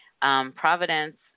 Providence